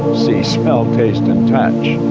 see, smell, taste, and touch.